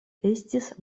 estis